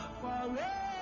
forever